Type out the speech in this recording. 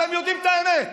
אתם יודעים את האמת.